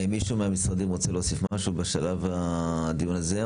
מישהו מהמשרדים רוצה להוסיף משהו בשלב הדיון הזה,